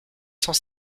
cent